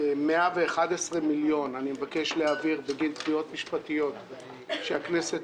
111 מיליון בגין תביעות משפטיות של הליכים משפטיים שהכנסת